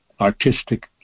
artistic